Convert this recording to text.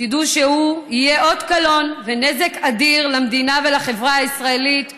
תדעו שהוא יהיה אות קלון ונזק אדיר למדינה ולחברה הישראלית ולדמוקרטיה.